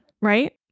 Right